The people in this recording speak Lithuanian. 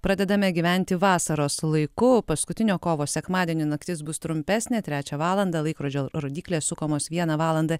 pradedame gyventi vasaros laiku paskutinio kovo sekmadienio naktis bus trumpesnė trečią valandą laikrodžio rodyklės sukamos vieną valandą